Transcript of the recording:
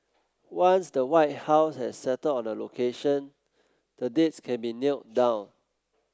once the White House has settled on a location the dates can be nailed down